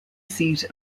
seat